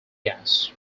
gas